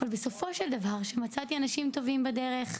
אבל בסופו של דבר שמצאתי אנשים טובים בדרך,